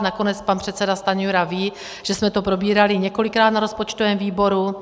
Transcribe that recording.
Nakonec pan předseda Stanjura ví, že jsme to probírali několikrát na rozpočtovém výboru.